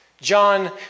John